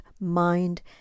mind